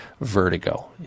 vertigo